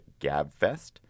GABFEST